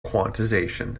quantization